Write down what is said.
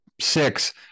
six